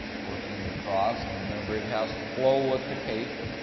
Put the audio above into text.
working across. and remember, it has to flow with the cake.